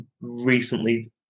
recently